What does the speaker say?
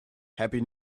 happy